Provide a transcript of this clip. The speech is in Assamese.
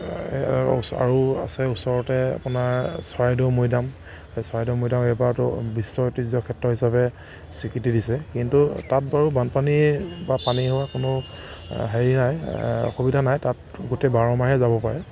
আৰু আছে ওচৰতে আপোনাৰ চৰাইদেউ মৈদাম সেই চৰাইদেউ মৈদাম এইবাৰতো বিশ্ব ঐতিহ্য ক্ষেত্ৰ হিচাপে স্বীকৃতি দিছে কিন্তু তাত বাৰু বানপানী বা পানী হোৱাৰ কোনো হেৰি নাই অসুবিধা নাই তাত গোটেই বাৰ মাহে যাব পাৰে